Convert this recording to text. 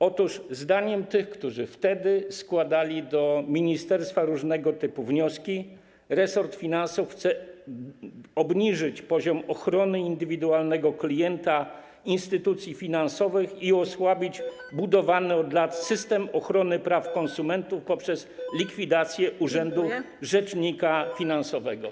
Otóż zdaniem tych, którzy wtedy składali do ministerstwa różnego typu wnioski, resort finansów chce obniżyć poziom ochrony indywidualnego klienta instytucji finansowych i osłabić budowany od lat system ochrony praw konsumentów poprzez likwidację urzędu rzecznika finansowego.